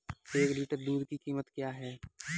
एक लीटर दूध की कीमत क्या है?